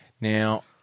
Now